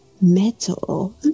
metal